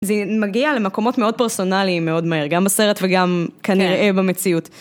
זה מגיע למקומות מאוד פרסונליים מאוד מהר, גם בסרט וגם כנראה במציאות.